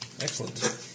excellent